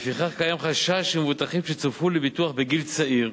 לפיכך קיים חשש שמבוטחים שצורפו לביטוח בגיל צעיר,